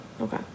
Okay